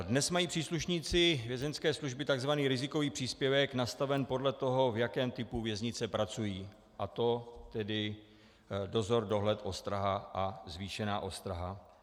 Dnes mají příslušníci Vězeňské služby tzv. rizikový příspěvek nastaven podle toho, v jakém typu věznice pracují, a to tedy dozor, dohled, ostraha a zvýšená ostraha.